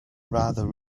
rather